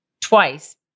twice